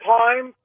time